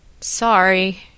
Sorry